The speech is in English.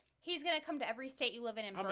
he's gonna come to every state you live in him